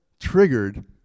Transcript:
triggered